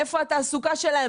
איפה התעסוקה שלהם?